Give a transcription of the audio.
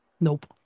Nope